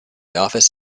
offices